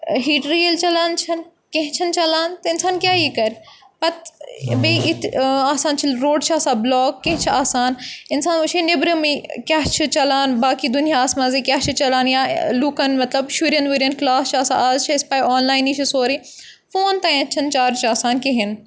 ہیٖٹرٕ ییٚلہِ چَلان چھَنہٕ کینٛہہ چھَنہٕ چَلان تہٕ اِنسان کیٛاہ یہِ کَرِ پَتہٕ بیٚیہِ یِتھ آسان چھِ روڈ چھِ آسان بٕلاک کینٛہہ چھِ آسان اِنسان وٕچھان نیٚبرِمٕے کیٛاہ چھِ چَلان باقٕے دُنیاہَس منٛزٕے کیٛاہ چھِ چَلان یا لُکَن مطلب شُرٮ۪ن وُرٮ۪ن کٕلاس چھِ آسان اَز چھِ اَسہِ پَے آنلاینٕے چھِ سورُے فون تانۍ چھِنہٕ چارٕج چھِ آسان کِہیٖنۍ